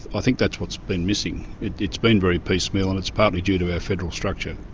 i think that's what's been missing. it's been very piecemeal and it's partly due to our federal structure.